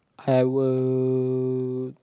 I will